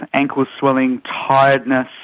ankle swelling, tiredness,